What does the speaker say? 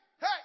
hey